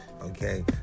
Okay